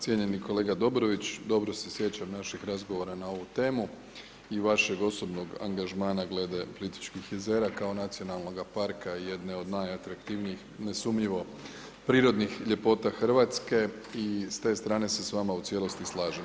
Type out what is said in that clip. Cijenjeni kolega Dobrović, dobro se sjećam naših razgovora na ovu temu i vašeg osobnog angažmana glede Plitvičkih jezera, kao nacionalnoga parka i jedne od najatraktivnijih, nesumnjivo prirodnih ljepota Hrvatske i s te strane se vama u cijelosti slažem.